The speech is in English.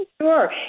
Sure